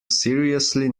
seriously